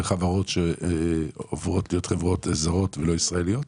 חברות שעוברות להיות חברות זרות ולא ישראליות?